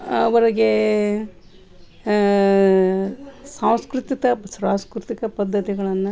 ಅವ್ರಿಗೇ ಸಾಂಸ್ಕೃತಿಕ ಸಾಂಸ್ಕೃತಿಕ ಪದ್ಧತಿಗಳನ್ನು